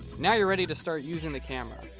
now you're ready to start using the camera.